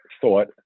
thought